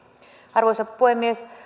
arvoisa puhemies